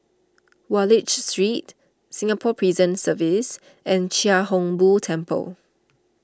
Wallich Street Singapore Prison Service and Chia Hung Boo Temple